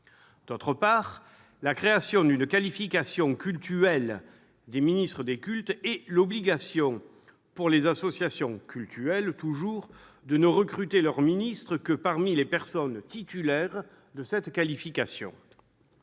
d'autre part, la création d'une qualification cultuelle des ministres des cultes et l'instauration de l'obligation, pour les associations cultuelles, de ne recruter leurs ministres que parmi les personnes titulaires de cette qualification.